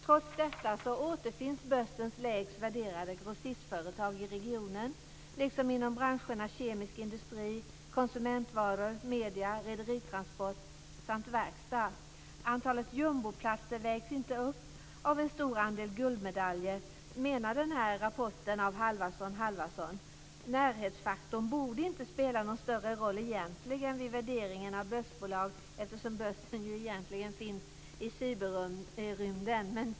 Trots detta återfinns börsen lägst värderade grossistföretag i regionen, liksom företag inom branscherna kemisk industri, konsumentvaror, medier, rederitransport samt verkstad. Antalet jumboplatser vägs inte upp av en stor andel guldmedaljer menar den här rapporten av Hallvarsson & Halvarsson. Närhetsfaktorn borde egentligen inte spela någon större roll vid värderingen av börsbolag eftersom börsen ju finns i cyberrymden.